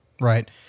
right